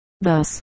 thus